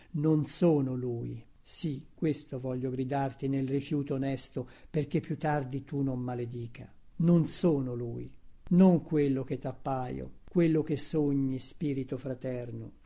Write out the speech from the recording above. non sono lui sì questo voglio gridarti nel rifiuto onesto perchè più tardi tu non maledica non sono lui non quello che tappaio quello che sogni spirito fraterno